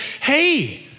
hey